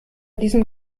diesem